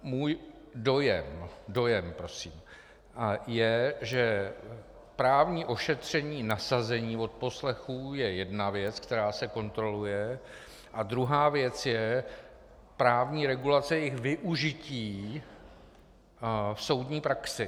Můj dojem dojem prosím je, že právní ošetření nasazení odposlechů je jedna věc, která se kontroluje, a druhá věc je právní regulace jejich využití v soudní praxi.